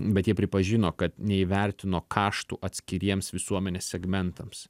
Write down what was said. bet jie pripažino kad neįvertino kaštų atskiriems visuomenės segmentams